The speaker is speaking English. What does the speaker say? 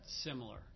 Similar